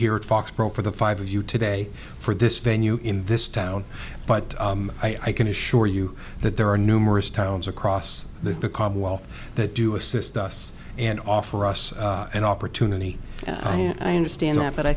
at foxboro for the five of you today for this venue in this town but i can assure you that there are numerous towns across the commonwealth that do assist us and offer us an opportunity and i understand that but i